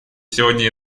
сегодня